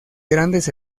grandes